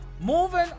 moving